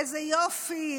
איזה יופי,